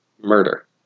murder